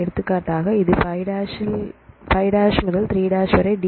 எடுத்துக்காட்டாக இது 5' முதல் 3' வரை டி